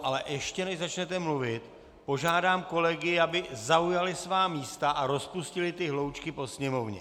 Ale ještě než začnete mluvit, požádám kolegy, aby zaujali svá místa a rozpustili ty hloučky po sněmovně.